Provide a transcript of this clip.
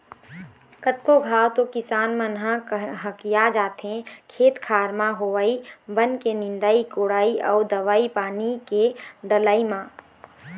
कतको घांव तो किसान मन ह हकिया जाथे खेत खार म होवई बन के निंदई कोड़ई अउ दवई पानी के डलई म